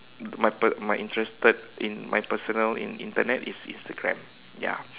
my per~ my interested in my personal Internet is Instagram ya